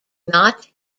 not